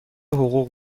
حقوق